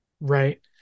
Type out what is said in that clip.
right